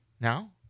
now